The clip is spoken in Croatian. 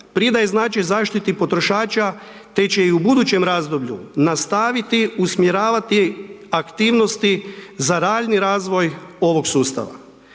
pridaje značaj zaštiti potrošača te će i u budućem razdoblju nastaviti usmjeravati aktivnosti za daljnji razvoj ovog sustava.